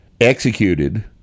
executed